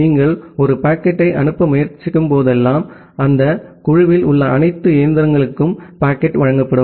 நீங்கள் ஒரு பாக்கெட்டை அனுப்ப முயற்சிக்கும்போதெல்லாம் அந்த குழுவில் உள்ள அனைத்து இயந்திரங்களுக்கும் பாக்கெட் வழங்கப்படும்